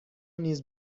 نیز